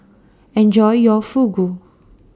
Enjoy your Fugu